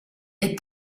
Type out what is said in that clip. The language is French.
est